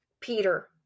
Peter